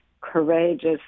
courageous